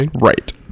Right